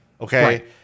Okay